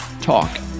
talk